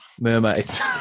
mermaids